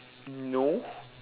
no